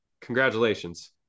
Congratulations